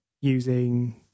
using